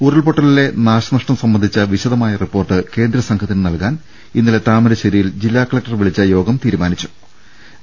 ഉരുൾപൊട്ട ലിലെ നാശനഷ്ടം സംബന്ധിച്ച വിശദമായ റിപ്പോർട്ട് കേന്ദ്രസംഘത്തിനു നൽകാൻ ഇന്നലെ താമരശ്ശേരി യിൽ ജില്ലാകലക്ടർ വിളിച്ച യോഗം തീരുമാനിച്ചിരു ന്നു